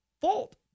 fault